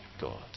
God